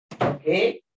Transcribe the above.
Okay